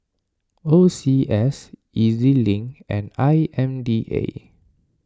O C S E Z Link and I M D A